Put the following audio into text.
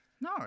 No